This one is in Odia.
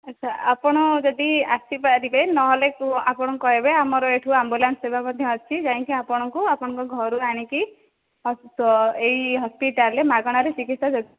ଆଚ୍ଛା ଆପଣ ଯଦି ଆସିପାରିବେ ନହେଲେ କେଉଁ ଆମକୁ କହିବେ ଏହିଠୁ ଆମ୍ବୁଲାନ୍ସ ସେବା ମଧ୍ୟ ଅଛି ଯାଇକି ଆପଣଙ୍କୁ ଆପଣଙ୍କ ଘରୁ ଆଣିକି ଏହି ହସ୍ପିଟାଲ ରେ ମାଗଣାରେ ଚିକିତ୍ସା ହେଉଛି